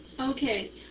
Okay